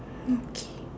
okay